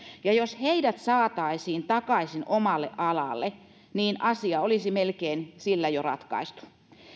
ja jos heidät saataisiin takaisin omalle alalle niin asia olisi melkein sillä jo ratkaistu